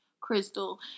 Crystal